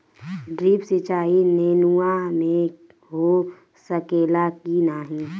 Drip सिंचाई नेनुआ में हो सकेला की नाही?